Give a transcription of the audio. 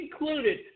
included